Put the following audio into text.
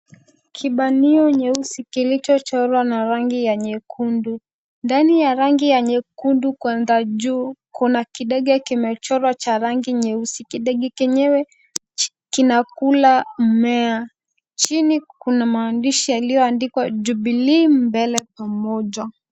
Kibanio nyeusi kilichochorwa na rangi ya nyekundu. Ndani ya rangi ya nyekundu kwenda juu kuna kidege kimechorwa cha rangi nyeusi. Kidege chenyewe kinakula mmea. Chini kuna maandishi yaliyoandikwa Jubilee, mbele pamoja.